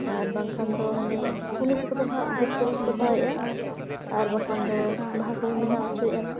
ᱟᱨ ᱵᱟᱝᱠᱷᱟᱱ ᱫᱚ ᱦᱟᱱᱮ ᱠᱩᱞᱤ ᱥᱮᱫ ᱫᱚ ᱱᱟᱦᱟᱜ ᱵᱷᱤᱛ ᱠᱚᱵᱚᱱ ᱯᱚᱛᱟᱣ ᱮᱫᱟ ᱟᱨ ᱵᱟᱠᱷᱟᱱ ᱫᱚ ᱵᱟᱦᱟ ᱠᱚᱵᱚᱱ ᱵᱮᱱᱟᱣ ᱚᱪᱚᱭᱮᱫᱼᱟ ᱱᱟᱦᱟᱜ